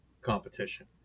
competition